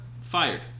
fired